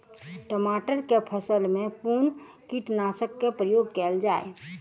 टमाटर केँ फसल मे कुन कीटनासक केँ प्रयोग कैल जाय?